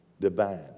divine